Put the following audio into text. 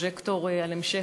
פרוז'קטור על ההמשך,